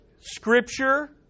Scripture